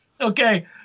Okay